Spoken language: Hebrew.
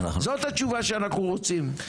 זאת התשובה שאנחנו רוצים.